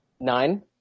Nine